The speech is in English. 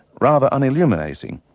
rather un-illuminating.